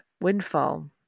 windfall